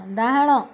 ଡାହାଣ